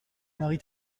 marie